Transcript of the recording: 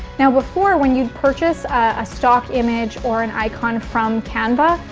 now, before when you purchase a stock image or an icon from canva,